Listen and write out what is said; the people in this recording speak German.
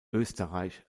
österreich